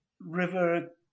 River